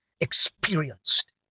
experienced